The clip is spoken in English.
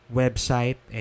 website